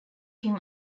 him